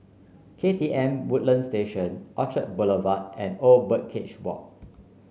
K T M Woodlands Station Orchard Boulevard and Old Birdcage Walk